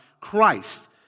Christ